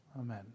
Amen